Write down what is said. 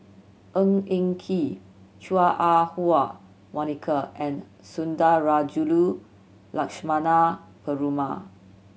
Ng Eng Kee Chua Ah Huwa Monica and Sundarajulu Lakshmana Perumal